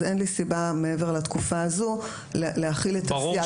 אז אין לי סיבה מעבר לתקופה הזו להחיל את הסייג,